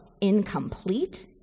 incomplete